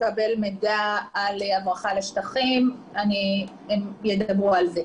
התקבל מידע על הברחה לשטחים והם ידברו על כך.